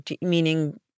Meaning